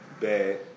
bad